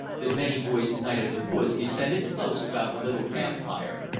the many-voiced night of the woods descended close about the little camp fire,